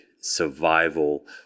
survival